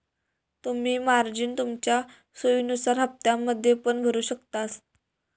तुम्ही मार्जिन तुमच्या सोयीनुसार हप्त्त्यांमध्ये पण भरु शकतास